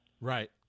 Right